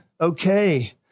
okay